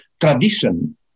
tradition